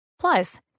Plus